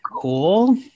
cool